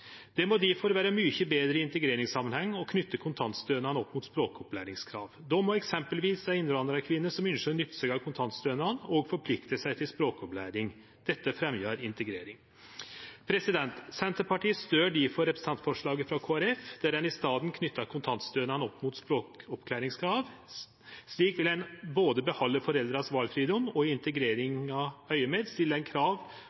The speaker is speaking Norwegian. Det må difor vere mykje betre i integreringssamanheng å knyte kontantstønaden opp mot språkopplæringskrav. Då må eksempelvis ei innvandrarkvinne som ynskjer å nytte seg av kontantstønaden, òg forplikte seg til språkopplæring. Dette fremjar integrering. Senterpartiet stør difor representantforslaget frå Kristeleg Folkeparti om å knyte kontantstønaden opp mot språkopplæringskrav. Slik vil ein behalde valfridomen til foreldra, og med integrering som mål stiller ein krav